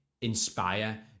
inspire